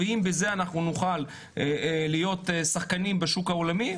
ואם בזה נוכל להיות שחקנים בשוק העולמי,